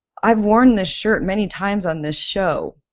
i've worn this shirt many times on this show.